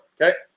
Okay